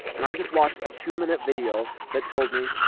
and i just watched a two minute video that told me,